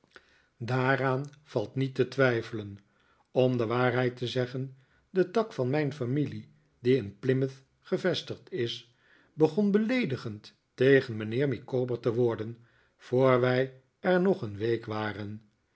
daaraan valt niet te twijfelen om de waarheid te zeggen de tak van mijn familie die in plymouth gevestigd is begon beleedigend tegen mijnheer micawber te warden voor wij er nog een week waren